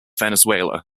venezuela